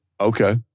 Okay